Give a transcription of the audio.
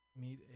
meet